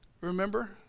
Remember